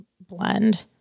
blend